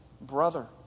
brother